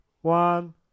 One